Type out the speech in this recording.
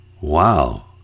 Wow